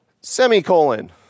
semicolon